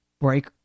Break